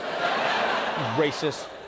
racist